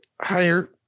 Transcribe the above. higher